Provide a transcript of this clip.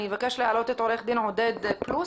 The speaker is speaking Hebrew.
אבקש להעלות את עורך הדין עודד פלוס,